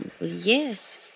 Yes